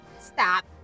Stop